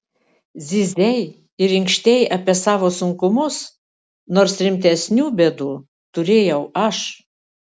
zyzei ir inkštei apie savo sunkumus nors rimtesnių bėdų turėjau aš